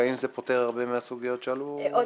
האם זה פותר הרבה מהסוגיות שעלו.